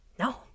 No